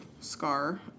scar